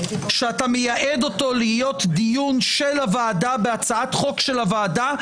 שאתה מייעד אותו להיות דיון של הוועדה בהצעת חוק של הוועדה,